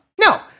No